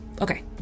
Okay